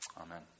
Amen